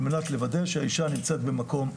על מנת לוודא שהאישה נמצאת במקום,